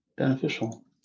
beneficial